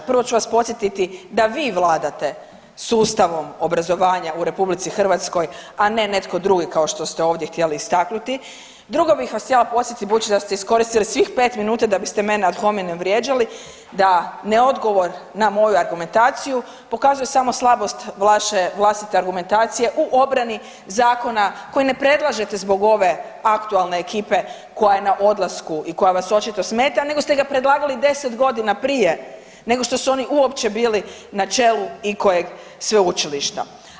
Prvo ću vas podsjetiti da vi vladate sustavom obrazovanja u RH, a ne netko drugi, kao što ste ovdje htjeli istaknuti, drugo bih vas htjela podsjetiti, budući da ste iskoristili svih 5 minuta da biste mene ad hominem vrijeđali, da neodgovor na moju argumentaciju pokazuje samo slabost vaše vlastite argumentacije u obrani zakona koji ne predlažete zbog ove aktualne ekipe koja je na odlasku i koja vas očito smeta, nego ste ga predlagali 10 godina prije nego što su oni uopće bili na čelu ikojeg sveučilišta.